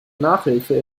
nachhilfe